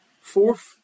fourth